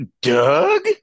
Doug